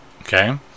Okay